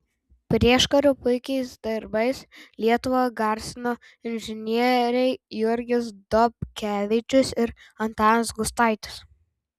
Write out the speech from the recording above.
prieškariu puikiais darbais lietuvą garsino inžinieriai jurgis dobkevičius ir antanas gustaitis